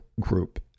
group